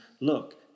Look